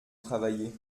travailler